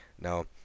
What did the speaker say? Now